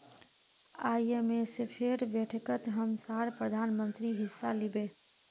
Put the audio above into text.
आईएमएफेर बैठकत हमसार प्रधानमंत्री हिस्सा लिबे